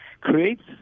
creates